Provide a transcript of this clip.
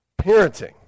parenting